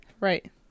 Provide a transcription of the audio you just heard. right